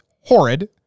horrid